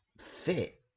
fit